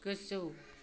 गोजौ